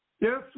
Yes